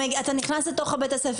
איך אתה מפקח על זה כשאתה נכנס לבית הספר?